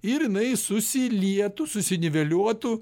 ir jinai susilietų susiniveliuotų